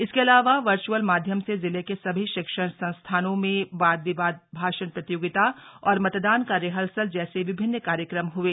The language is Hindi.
इसके अलावा वर्चअल माध्यम से जिले के सभी शिक्षण संस्थानों में वाद विवाद भाषण प्रतियोगिता और मतदान का रिहर्सल जैसे विभिन्न कार्यक्रम हए